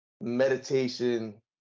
Meditation